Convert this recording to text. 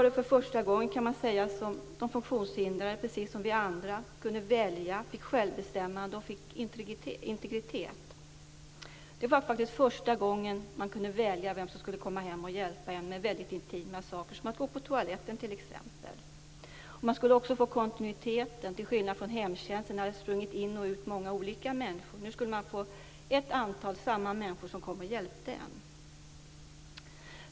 Det var första gången som de funktionshindrade - precis som vi andra - kunde välja och fick självbestämmande och integritet. Det var första gången de kunde välja vem som skulle komma hem till dem och hjälpa till med väldigt intima saker, t.ex. med att gå på toaletten. Det skulle också bli kontinuitet till skillnad från hur det var inom hemtjänsten där många olika människor springer in och ut. Nu skulle de handikappade få samma människor som kom och hjälpte dem.